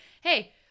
hey